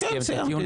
כן, סיימתי.